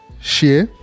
share